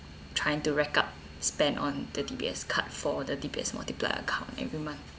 trying to rake up spend on the D_B_S card for the D_B_S multiplier account every month